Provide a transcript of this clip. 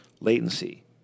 latency